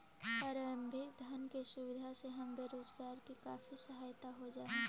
प्रारंभिक धन की सुविधा से हम बेरोजगारों की काफी सहायता हो जा हई